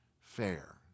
fair